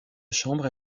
chambre